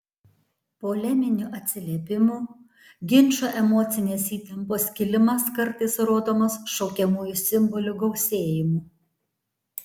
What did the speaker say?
poleminių atsiliepimų ginčų emocinės įtampos kilimas kartais rodomas šaukiamųjų simbolių gausėjimu